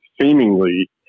Seemingly